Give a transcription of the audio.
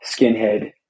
skinhead